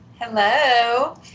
Hello